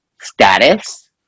status